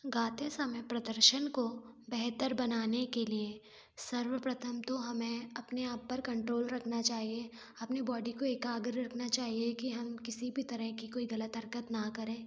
गाते समय प्रदर्शन को बेहतर बनाने के लिए सर्वप्रथम तो हमें अपने आप पर कंट्रोल रखना चाहिए अपने बॉडी को एकाग्र रखना चाहिए कि हम किसी भी तरह की कोई गलत हरकत ना करें